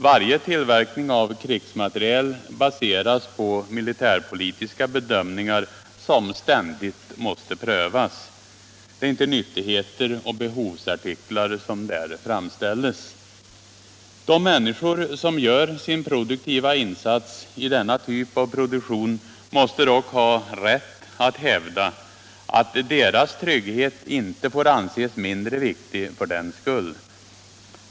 Varje tillverkning av krigsmateriel baseras på militärpolitiska bedömningar, som ständigt måste prövas. Det är inte nyttigheter och behovsartiklar som där framställs. De människor som gör sin produktiva insats i denna typ av produktion måste dock ha rätt att hävda att deras trygghet inte får anses mindre viktig för den skull.